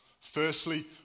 Firstly